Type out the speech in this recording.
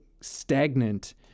stagnant